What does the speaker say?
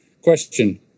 question